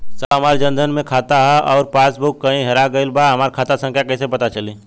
साहब हमार जन धन मे खाता ह अउर पास बुक कहीं हेरा गईल बा हमार खाता संख्या कईसे पता चली?